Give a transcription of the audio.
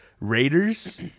Raiders